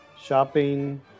Shopping